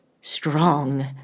strong